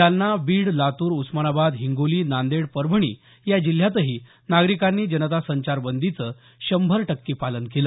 जालना बीड लातूर उस्मानाबाद हिंगोली नांदेड परभणी या जिल्ह्यातही नागरिकांनी जनता संचारबंदीचं शंभर टक्के पालन केलं